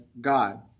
God